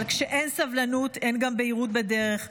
אבל כשאין סבלנות אין גם בהירות בדרך.